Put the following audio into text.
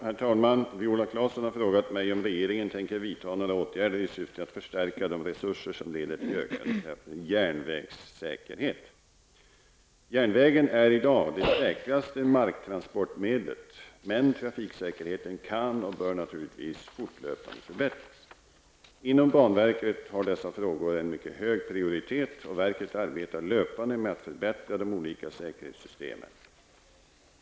Herr talman! Viola Claesson har frågat mig om regeringen tänker vidta några åtgärder i syfte att förstärka de resurser som leder till ökad järnvägssäkerhet. Järnvägen är i dag det säkraste marktransportmedlet, men trafiksäkerheten kan och bör naturligtvis fortlöpande förbättras. Inom banverket har dessa frågor en mycket hög prioritet, och verket arbetar löpande med att förbättra de olika säkerhetssystemen.